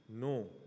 No